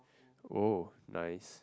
oh nice